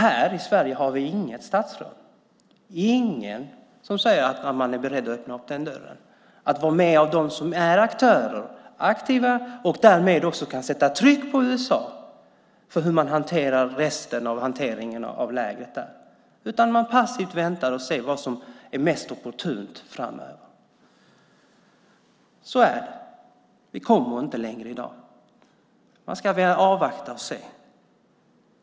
Här i Sverige har vi inget statsråd, ingen som säger att man är beredd att öppna den dörren, att vara med dem som är aktörer, som är aktiva och därmed också kan sätta tryck på USA när det gäller resten av hanteringen av lägret. Man väntar passivt och ser vad som är mest opportunt framöver. Så är det. Vi kommer inte längre i dag. Man ska avvakta och se.